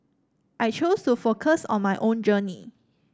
I choose to focus on my own journey